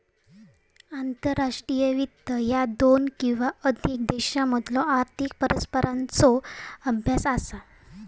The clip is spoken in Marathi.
आंतरराष्ट्रीय वित्त ह्या दोन किंवा अधिक देशांमधलो आर्थिक परस्परसंवादाचो अभ्यास असा